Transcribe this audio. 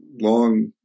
long